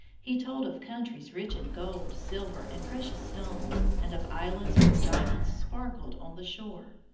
he told of countries rich in gold, silver, and precious stones, and of islands where diamonds sparkled on the shore.